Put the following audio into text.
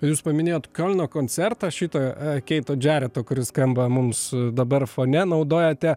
jūs paminėjot kiolno koncertą šitą keito džereto kuris skamba mums dabar fone naudojate